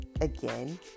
again